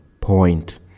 point